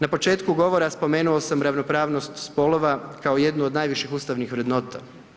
Na početku govora spomenuo sam ravnopravnost spolova kao jednu od najviših ustavnih vrednota.